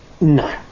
No